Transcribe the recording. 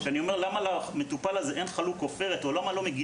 כשאני שואל את המזכירה למה למטופל אין חלוק שיגן עליו,